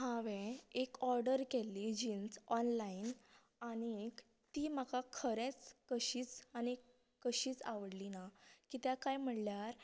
हांवे एक ऑर्डर केल्ली जिन्स ऑनलायन आनीक ती म्हाका खरेंच कशींच आनी कशींच आवडली ना कित्याक काय म्हणल्यार